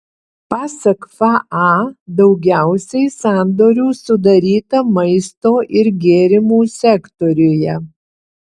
pasak faa daugiausiai sandorių sudaryta maisto ir gėrimų sektoriuje